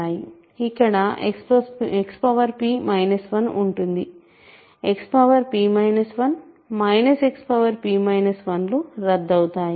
ఇక్కడ Xp 1 ఉంటుంది Xp 1 Xp 1 లు రద్దు అవుతాయి